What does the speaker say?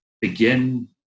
Begin